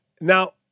Now